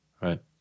Right